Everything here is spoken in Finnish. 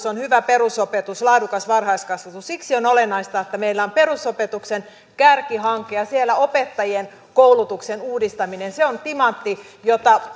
on hyvä perusopetus ja laadukas varhaiskasvatus siksi on olennaista että meillä on perusopetuksen kärkihanke ja siellä opettajien koulutuksen uudistaminen se on timantti jota